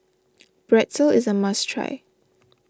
Pretzel is a must try